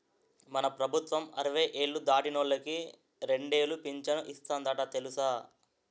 మన ప్రభుత్వం అరవై ఏళ్ళు దాటినోళ్ళకి రెండేలు పింఛను ఇస్తందట తెలుసా